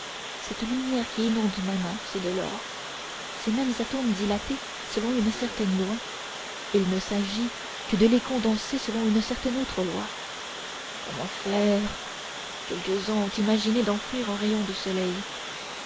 cette lumière qui inonde ma main c'est de l'or ces mêmes atomes dilatés selon une certaine loi il ne s'agit que de les condenser selon une certaine autre loi comment faire quelques-uns ont imaginé d'enfouir un rayon du soleil